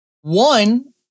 one